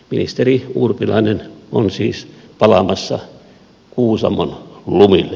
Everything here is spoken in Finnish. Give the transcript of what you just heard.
ministeri urpilainen on siis palaamassa kuusamon lumille